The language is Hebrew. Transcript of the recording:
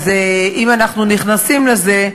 אז אם אנחנו נכנסים לזה,